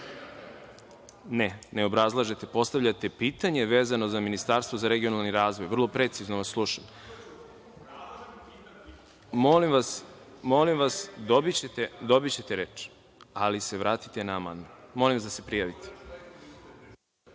Ne, ne obrazlažete, postavljate pitanje vezano za Ministarstvo za regionalni razvoj, vrlo precizno vas slušam. Molim vas, dobićete reč, ali se vratite na amandman. Prijavite